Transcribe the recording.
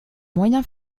moyen